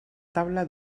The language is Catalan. taula